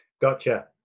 gotcha